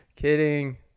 Kidding